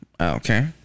Okay